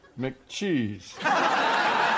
McCheese